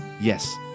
yes